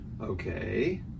okay